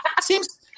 Seems